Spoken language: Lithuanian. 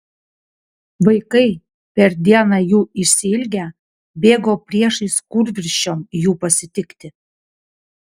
vaikai per dieną jų išsiilgę bėgo priešais kūlvirsčiom jų pasitikti